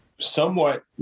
Somewhat